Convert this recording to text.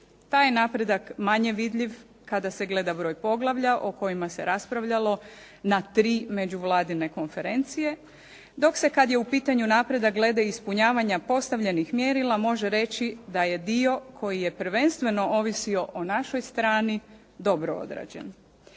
Taj je napredak manje vidljiv kada se gleda broj poglavlja o kojima se raspravljalo na tri međuvladine konferencije, dok se kad je u pitanju napredak glede ispunjavanja postavljenih mjerila može reći da je dio koji je prvenstveno ovisio o našoj strani dobro odrađen.